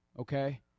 okay